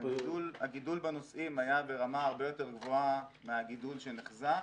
הגידול בנוסעים היה ברמה הרבה יותר גבוהה מהגידול שנחזה,